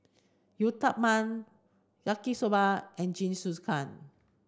Uthapam Yaki soba and Jingisukan